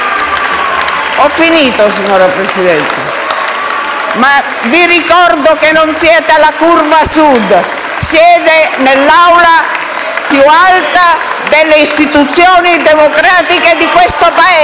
Ho concluso, signor Presidente, ma vi ricordo che non siete nella curva Sud, ma nell'Aula più alta delle istituzioni democratiche di questo Paese!